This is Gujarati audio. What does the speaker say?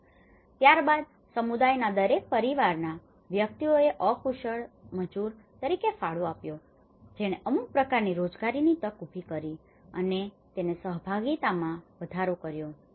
અને ત્યારબાદ સમુદાયના દરેક પરિવારના વ્યક્તિઓએ અકુશળ મજૂર તરીકે ફાળો આપ્યો જેણે અમુક પ્રકારની રોજગારીની તકો ઊભી કરી છે અને તેને સહભાગિતામાં પણ વધારો કર્યો છે